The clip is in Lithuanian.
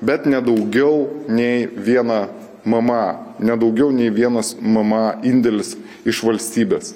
bet ne daugiau nei vieną mma ne daugiau nei vienas mma indėlis iš valstybės